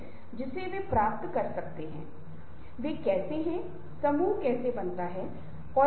क्या आप जानते हैं कि खोया हुआ समय फिर से हासिल नहीं किया जा सकता है